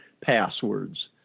passwords